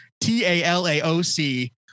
T-A-L-A-O-C